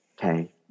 okay